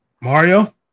Mario